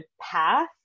path